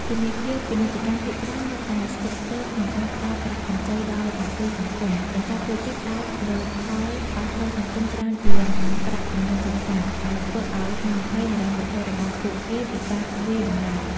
ធនាគារពាណិជ្ជកម្មភាគច្រើននៅតែស្ទាក់ស្ទើរក្នុងការផ្តល់ប្រាក់កម្ចីដល់សហគ្រាសសង្គម ដោយសារពួកគេផ្តោតលើផលប៉ះពាល់សង្គមច្រើនជាងប្រាក់ចំណេញសុទ្ធសាធ ដែលធ្វើឱ្យហានិភ័យហិរញ្ញវត្ថុរបស់ពួកគេពិបាកវាយតម្លៃ ។